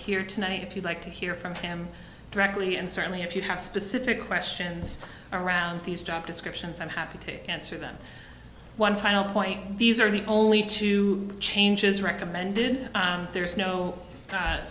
here tonight if you'd like to hear from him directly and certainly if you have specific questions around these job descriptions i'm happy to answer them one final point these are the only two changes recommended there's no